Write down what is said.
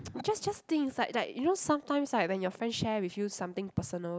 just just think inside like you know sometimes like when your friend share with you something personal